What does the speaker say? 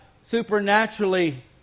supernaturally